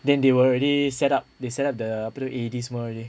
then they were already set up they set up the put up a dismal already